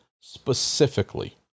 specifically